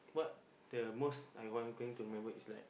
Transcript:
what the most I want going to remember is like